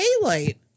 daylight